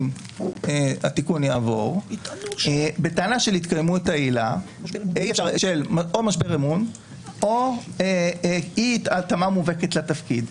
התיקון יעבור בטענה של או משבר אמון או אי התאמה מובהקת לתפקיד.